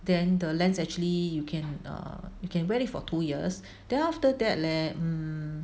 then the lens actually you can err you can wear it for two years then after that leh mm